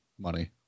money